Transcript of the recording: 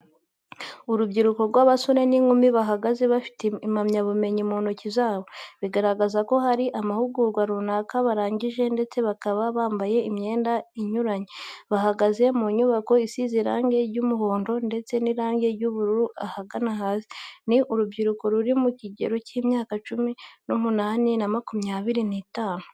Urubyiruko rw'abasore n'inkumi bahagaze bafite impamyabumenyi mu ntoki zabo, bigaragaza ko hari amahugurwa ruanaka barangije ndetse bakaba bambaye imyenda inyuranye. Bahagaze mu nyubako isize irange ry'umuhondo ndetse n'irange ry'ubururu ahagana hasi. Ni urubyiruko ruri mu kigero cy'imyaka cumi n'umunani na makumyabiri n'itatu.